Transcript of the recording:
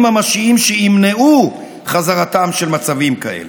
ממשיים שימנעו חזרתם של מצבים כאלה.